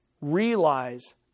realize